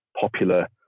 popular